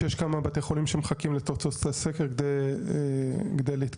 יש כמה בתי חולים שמחכים לתוצאות הסקר כדי להתקדם,